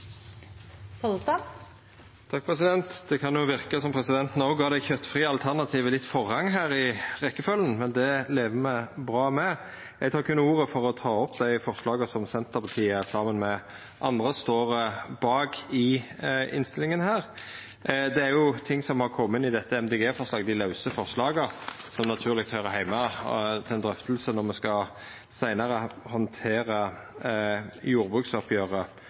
det kjøtfrie alternativet litt forrang i rekkefølgja her, men det lever me bra med. Eg tek berre ordet for å ta opp dei forslaga som Senterpartiet, saman med andre, står bak i innstillinga. Det er ting som har kome inn i forslaga frå Miljøpartiet Dei Grøne, som naturleg høyrer heime i ei drøfting når me seinare skal